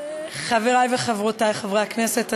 חברי וחברותי חברי הכנסת,